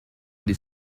this